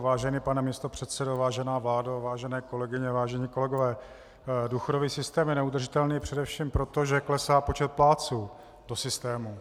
Vážený pane místopředsedo, vážená vládo, vážené kolegyně, vážení kolegové, důchodový systém je neudržitelný především proto, že klesá počet plátců do systému.